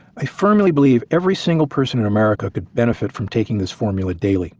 i firmly believe every single person in america could benefit from taking this formula daily,